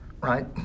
right